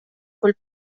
quel